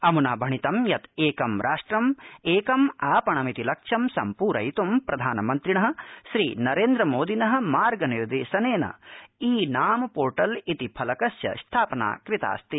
अम्ना भणितं यत् एकं राष्ट्रम् एकम् आपणमिति लक्ष्यं सम्प्रयित् प्रधानमन्त्रिणः श्रीनरेन्द्रमोदिनः मार्गदर्शनेन ई नाम पोर्टल इति फलकस्य स्थापना कृतास्ति